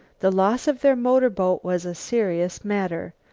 the loss of their motorboat was a serious matter.